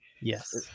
yes